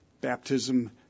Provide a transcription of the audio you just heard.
Baptism